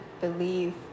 believe